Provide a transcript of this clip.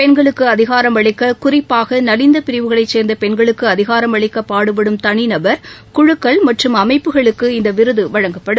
பெண்களக்குஅதிகாரம் அளிக்ககறிப்பாகநலிந்தபிரிவுகளைச் சேர்ந்தபெண்களுக்குஅதிகாரம் அளிக்கபாடுபடும் தனிநபர் குழுக்கள் மற்றும் அமைப்புகளுக்கு இந்தவிருதுவழங்கப்படும்